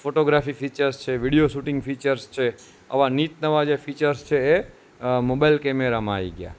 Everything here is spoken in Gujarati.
ફોટોગ્રાફી ફીચર્સ છે વિડીયો શૂટિંગ ફીચર્સ છે આવા નીત નવા ફીચર્સ છે એ મોબાઈલ કેમેરામાં આવી ગયા